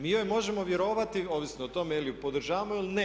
Mi joj možemo vjerovati ovisno o tome je li je podržavamo ili ne.